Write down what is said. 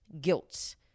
guilt